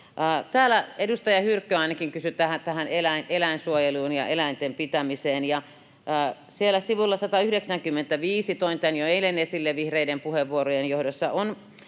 ainakin edustaja Hyrkkö kysyi eläinsuojelusta ja eläinten pitämisestä. Siellä sivulla 195 — toin tämän jo eilen esille vihreiden puheenvuorojen johdosta — on